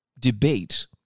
debate